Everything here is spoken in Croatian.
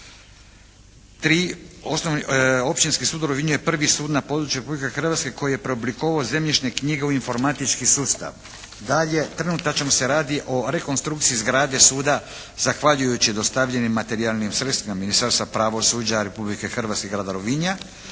Općinski sud u Rovinju je prvi sud na području Republike Hrvatske koji je preoblikovao zemljišne knjige u informatički sustav. Dalje, trenutačno se radi o rekonstrukciji zgrade suda zahvaljujući dostavljenim materijalnim sredstvima Ministarstva pravosuđa Republike Hrvatske i Grada Rovinja.